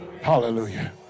Hallelujah